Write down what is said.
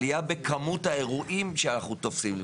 עלייה בכמות האירועים שאנחנו תופסים,